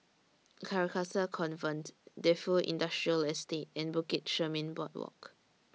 Carcasa Convent Defu Industrial Estate and Bukit Chermin Boardwalk